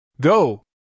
Go